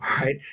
right